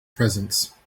presence